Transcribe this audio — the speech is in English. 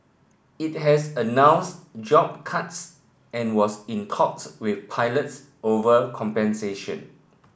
it has announced job cuts and was in talks with pilots over compensation